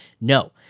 No